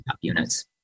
units